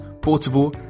portable